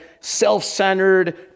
self-centered